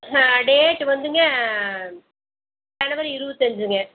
date வந்துங்க ஜனவரி இருபத்தஞ்சிங்க